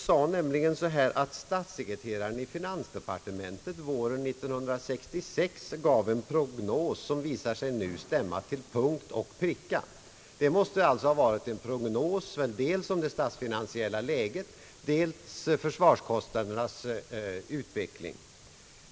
Han sade att statssekreteraren 1 finansdepartementet våren 1966 gav en prognos som nu visar sig stämma till punkt och pricka. Det måste alltså ha varit en prognos dels om det statsfinansiella läget, dels om försvarskostnadernas utveckling.